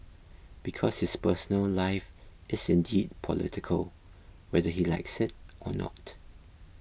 because his personal life is indeed political whether he likes it or not